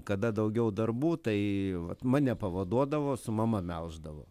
kada daugiau darbų tai vat mane pavaduodavo su mama melždavo